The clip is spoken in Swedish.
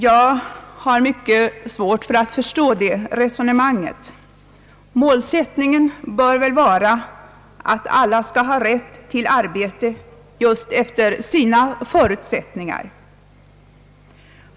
Jag har mycket svårt att förstå detta resonemang. Målsättningen bör väl vara att alla skall ha rätt till arbete just efter sina förutsättningar.